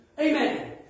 Amen